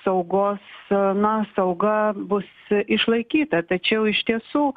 saugos na sauga bus išlaikyta tačiau iš tiesų